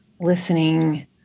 listening